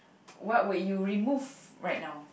what would you remove right now